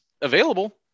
available